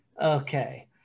okay